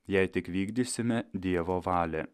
jei tik vykdysime dievo valią